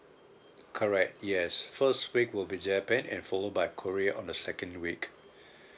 correct yes first week will be japan and followed by korea on the second week